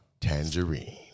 tangerine